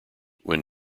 when